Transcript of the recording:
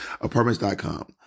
Apartments.com